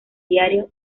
diario